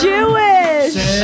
Jewish